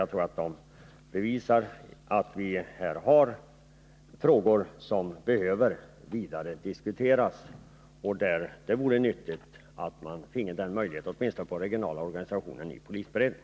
Jag tror att det anförda bevisar att vi här har frågor som behöver diskuteras ytterligare. Det vore nyttigt om man finge den möjligheten, åtminstone när det gäller den regionala organisationen i polisberedningen.